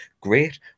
Great